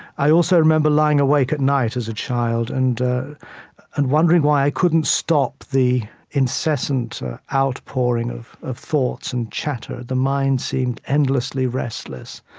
i also remember lying awake at night as a child and and wondering why i couldn't stop the incessant outpouring of of thoughts and chatter. the mind seemed endlessly restless.